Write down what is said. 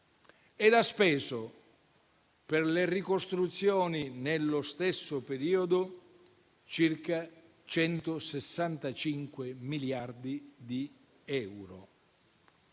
e ha speso per le ricostruzioni, nello stesso periodo, circa 165 miliardi di euro.